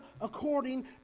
according